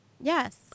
Yes